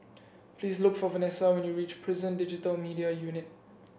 please look for Vanessa when you reach Prison Digital Media Unit